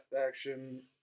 action